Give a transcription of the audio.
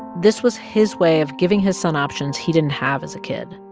this was his way of giving his son options he didn't have as a kid.